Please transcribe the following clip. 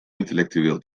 intellectueel